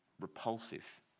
repulsive